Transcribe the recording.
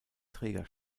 träger